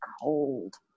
cold